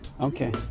Okay